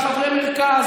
זה חברי מרכז,